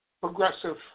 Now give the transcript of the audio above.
progressive